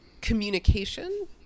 communication